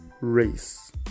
race